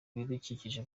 ibidukikije